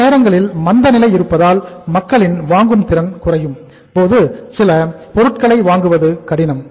சில நேரங்களில் மந்த நிலை இருப்பதால் மக்களின் வாங்கும் திறன் குறையும் போது சில பொருட்களை வாங்குவது கடினம்